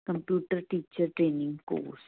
computer teacher training course